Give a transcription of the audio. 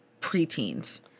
preteens